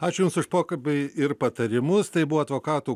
ačiū jums už pokalbį ir patarimus tai buvo advokatų